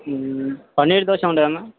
పన్నీర్ దోశ ఉండదా అన్న